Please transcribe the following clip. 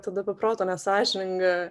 tada be proto nesąžininga